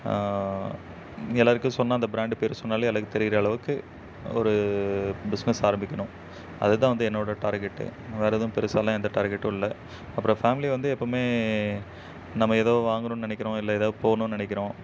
எல்லாருக்கும் சொன்னால் அந்த ப்ராண்டு பேர் சொன்னாலே எல்லாருக்கும் தெரியிற அளவுக்கு ஒரு பிஸ்னஸ் ஆரம்பிக்கணும் அது தான் வந்து என்னோட டார்கெட்டு வேறு எதுவும் பெருசாகல்லாம் எந்த டார்கெட்டும் இல்லை அப்புறம் ஃபேமிலி வந்து எப்போவுமே நம்ம எதோ வாங்கணுன்னு நினைக்கிறோம் இல்லை எதாவது போகணுன்னு நினைக்கிறோம்